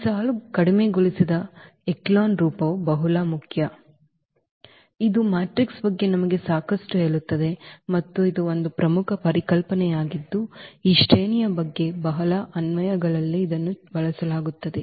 ಈ ಸಾಲು ಕಡಿಮೆಗೊಳಿಸಿದ ಎಚೆಲಾನ್ ರೂಪವು ಬಹಳ ಮುಖ್ಯ ಇದು ಮ್ಯಾಟ್ರಿಕ್ಸ್ ಬಗ್ಗೆ ನಮಗೆ ಸಾಕಷ್ಟು ಹೇಳುತ್ತದೆ ಮತ್ತು ಇದು ಒಂದು ಪ್ರಮುಖ ಪರಿಕಲ್ಪನೆಯಾಗಿದ್ದು ಈ ಶ್ರೇಣಿಯ ಬಗ್ಗೆ ಬಹಳ ಅನ್ವಯಗಳಲ್ಲಿ ಇದನ್ನು ಬಳಸಲಾಗುತ್ತದೆ